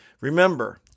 remember